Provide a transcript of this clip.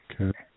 Okay